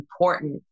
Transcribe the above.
important